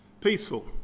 Peaceful